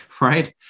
right